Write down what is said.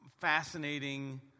fascinating